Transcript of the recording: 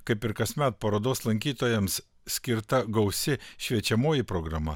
kaip ir kasmet parodos lankytojams skirta gausi šviečiamoji programa